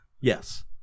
Yes